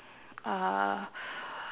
uh